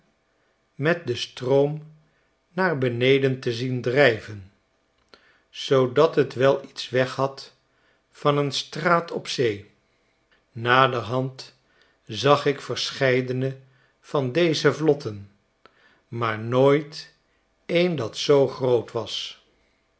met den stroom naar beneden te zien drijven zoodat het wel iets weghad van een straat op zee naderhand zag ik verscheidene van deze vlotten maar nooit een dat zoo groot was